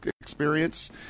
experience